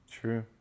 True